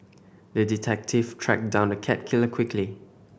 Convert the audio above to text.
the detective tracked down the cat killer quickly